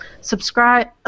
subscribe